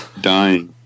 dying